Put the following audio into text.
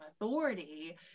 authority